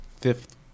fifth